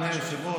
אדוני היושב-ראש.